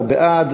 18 בעד,